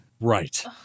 Right